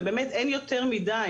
ובאמת אין יותר מידי.